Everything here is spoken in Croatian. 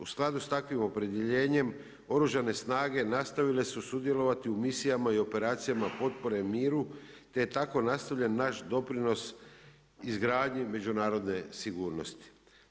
U skladu sa takvim opredjeljenjem Oružane snage nastavile su sudjelovati u misijama i operacijama potpore miru te je tako nastavljen naš doprinos izgradnje međunarodne sigurnosti.